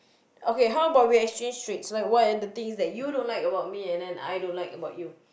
okay how about we exchange streaks like what are the things that you don't like about me and then I don't like about you